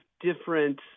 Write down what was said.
different